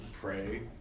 pray